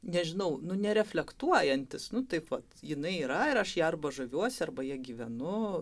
nežinau nu nereflektuojantis nu taip vat jinai yra ir aš ja arba žaviuosi arba ja gyvenu